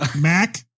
Mac